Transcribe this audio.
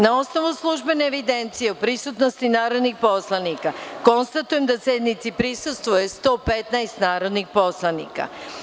Na osnovu službene evidencije o prisutnosti narodnih poslanika, konstatujem da sednici prisustvuje 115 narodnih poslanika.